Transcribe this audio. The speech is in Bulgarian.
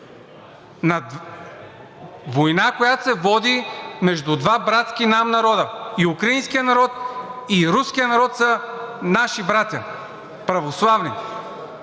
войната, която се води между два братски нам народа – и украинският народ, и руският народ са наши братя, православни.